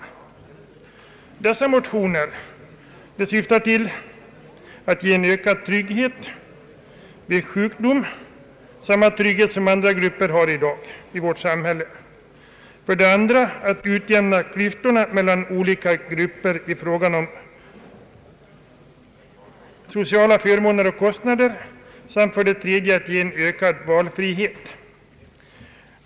Motionerna nu syftar för det första till att ge en ökad trygghet vid sjukdom, dvs. samma trygghet som andra grupper i dag har i vårt samhälle. För det andra syftar de till att utjämna klyftorna mellan olika grupper i fråga om sociala förmåner och kostnader samt för det tredje att ge en ökad valfrihet.